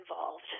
involved